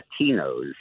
Latinos